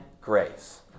grace